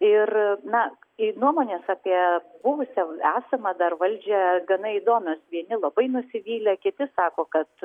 ir na ir nuomonės apie buvusią esamą dar valdžią gana įdomios vieni labai nusivylę kiti sako kad